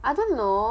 I don't know